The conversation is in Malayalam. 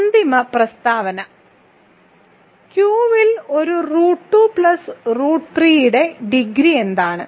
ഒരു അന്തിമ പ്രസ്താവന Q ൽ ഒരു റൂട്ട് 2 പ്ലസ് റൂട്ട് 3 ന്റെ ഡിഗ്രി എന്താണ്